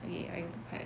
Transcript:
okay